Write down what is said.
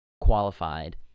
qualified